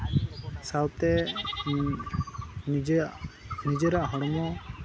ᱥᱟᱶᱛᱮ ᱱᱤᱡᱮᱭᱟᱜ ᱱᱤᱡᱮᱨᱟᱜ ᱦᱚᱲᱢᱚ